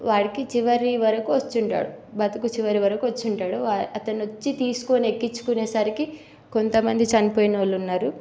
వాడికి చివరి వరకు వచ్చి ఉంటాడు బ్రతుకు చివరి వరకు వచ్చి ఉంటాడు అతను వచ్చి తీసుకొని ఎక్కించుకొనే సరికి కొంతమంది చనిపోయిన వాళ్ళు ఉన్నారు